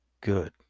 Good